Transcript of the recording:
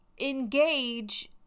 engage